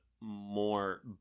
more